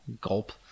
gulp